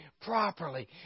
properly